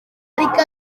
ariko